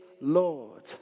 Lord